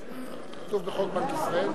כתוב בחוק בנק ישראל?